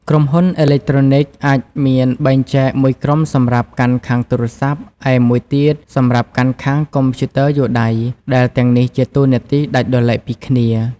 ក្រុមហ៊ុនអេឡិចត្រូនិចអាចមានបែងចែកមួយក្រុមសម្រាប់កាន់ខាងទូរសព្ទ ឯមួយទៀតសម្រាប់កាន់ខាងកុំព្យូទ័រយួរដៃ ដែលទាំងនេះជាតួនាទីដាច់ដោយទ្បែកពីគ្នា។